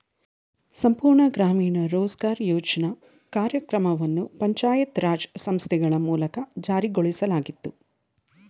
ಸಂಪೂರ್ಣ ಗ್ರಾಮೀಣ ರೋಜ್ಗಾರ್ ಯೋಜ್ನ ಕಾರ್ಯಕ್ರಮವನ್ನು ಪಂಚಾಯತ್ ರಾಜ್ ಸಂಸ್ಥೆಗಳ ಮೂಲಕ ಜಾರಿಗೊಳಿಸಲಾಗಿತ್ತು